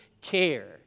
care